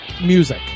music